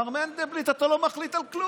מר מנדבלבליט, אתה לא מחליט על כלום.